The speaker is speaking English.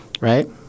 Right